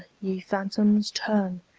ye phantoms, turn,